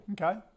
Okay